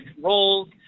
roles